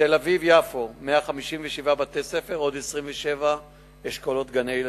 תל-אביב יפו, 157 בתי-ספר ו-27 אשכולות גני-ילדים,